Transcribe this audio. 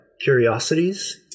curiosities